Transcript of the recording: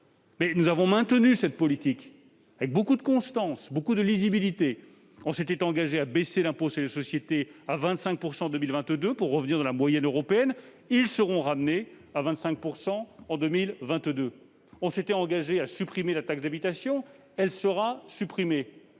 mais nous avons maintenu cette politique avec beaucoup de constance et de lisibilité. Nous nous étions engagés à baisser le taux de l'impôt sur les sociétés à 25 % en 2022 pour revenir dans la moyenne européenne ; il sera ramené à 25 % en 2022. Nous nous étions engagés à supprimer la taxe d'habitation ; elle sera supprimée.